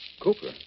Cooper